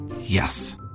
Yes